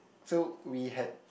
so we had